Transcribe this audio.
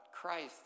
Christ